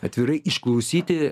atvirai išklausyti